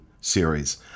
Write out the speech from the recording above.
series